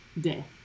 death